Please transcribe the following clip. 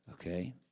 Okay